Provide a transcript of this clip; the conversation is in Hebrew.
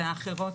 והאחרות,